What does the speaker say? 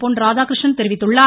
பொன்ராதாகிருஷ்ணன் தெரிவித்துள்ளார்